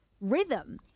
rhythm